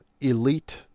elite